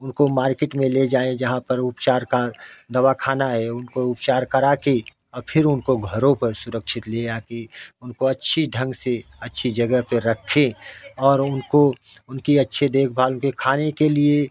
उनको मार्केट में ले जाए जहाँ पर उपचार का दवाखाना है उनको उपचार करा के और फ़िर उनको घरों पर सुरक्षित ले आकर उनको अच्छी ढंग से अच्छी जगह पर रखें और उनको उनके अच्छे देखभाल उनके खाने के लिए